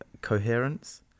Coherence